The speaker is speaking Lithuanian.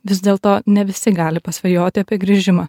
vis dėl to ne visi gali pasvajoti apie grįžimą